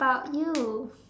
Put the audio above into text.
about you